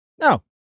No